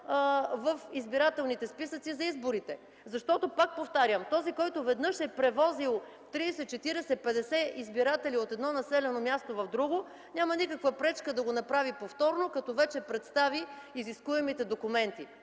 в избирателните списъци за изборите, защото пак повтарям, че този, който веднъж е превозил 30-40-50 избиратели от едно населено място в друго, няма никаква пречка да го направи повторно, като вече представи изискуемите документи,